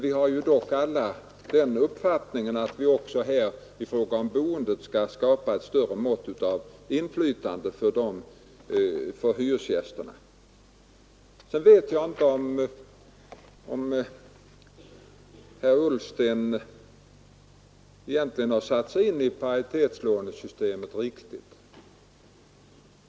Vi har dock alla den uppfattningen att vi i fråga om boende skall skapa ett större mått av inflytande för hyresgästerna. Sedan vet jag inte om herr Ullsten riktigt satt sig in i paritetslånesystemet.